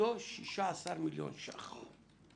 שעלותו 16 מיליון ש"ח.